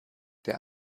der